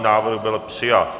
Návrh byl přijat.